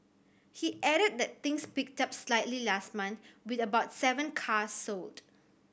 he added that things picked up slightly last month with about seven cars sold